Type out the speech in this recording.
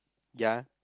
ya